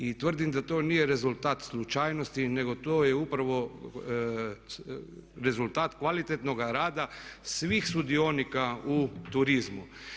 I tvrdim da to nije rezultat slučajnosti nego to je upravo rezultat kvalitetnoga rada svih sudionika u turizmu.